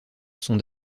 sont